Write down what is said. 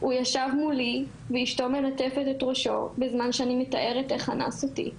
הוא ישב מולי ואשתו מלטפת את ראשו בזמן שאני מתארת איך אנס אותי.